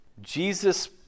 Jesus